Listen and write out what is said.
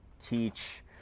teach